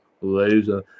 laser